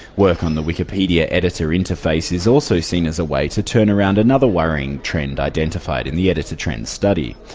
work on the wikipedia editor interface is also seen as a way to turn around another worrying trend identified in the editor trends study.